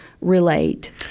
relate